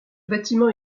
bâtiment